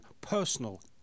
personal